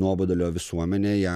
nuobodulio visuomenė ją